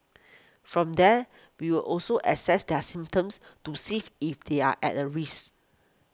from there we'll also assess their symptoms to safe if they're at a risk